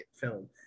film